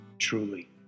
truly